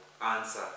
answer